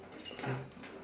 okay